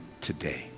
today